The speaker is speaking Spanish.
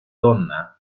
donna